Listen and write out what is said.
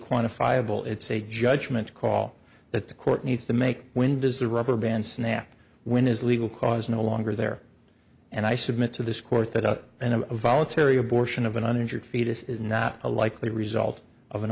quantifiable it's a judgment call that the court needs to make when does the rubber band snap when is legal cause no longer there and i submit to this court that up in a voluntary abortion of an uninsured fetus is not a likely result of an